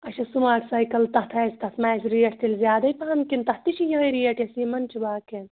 اَچھا smart cycle تَتھ آسہِ تَتھ ما آسہِ ریٹ تیٚلہِ زیادَے پَہم کِنہٕ تَتھ تہِ چھِ یِہےَ ریٹ یۄس یِمن چھِ باقین